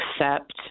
accept